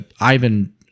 Ivan